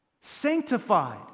Sanctified